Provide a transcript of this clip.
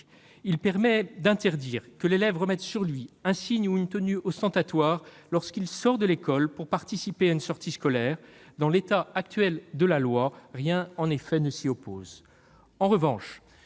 permet d'interdire que l'élève arbore un signe ou une tenue ostentatoire lorsqu'il sort de l'école pour participer à une sortie scolaire. Dans l'état actuel du droit, rien ne s'y oppose.